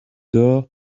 dor